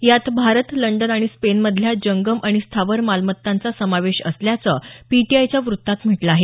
यात भारत लंडन आणि स्पेनमधल्या जंगम आणि स्थावर मालमत्तांचा समावेश असल्याचं पीटीआयच्या वृत्तात म्हटलं आहे